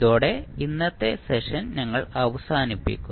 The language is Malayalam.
ഇതോടെ ഇന്നത്തെ സെഷൻ ഞങ്ങൾ അവസാനിപ്പിക്കും